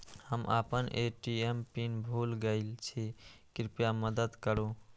हम आपन ATM pin भूल गईल छी, कृपया मदद करू